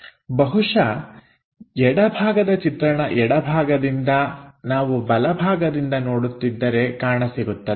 ಬಹುಶಃ ಎಡಭಾಗದ ಚಿತ್ರಣ ಎಡಭಾಗದಿಂದ ನಾವು ಬಲಭಾಗದಿಂದ ನೋಡುತ್ತಿದ್ದರೆ ಕಾಣಸಿಗುತ್ತದೆ